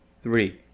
three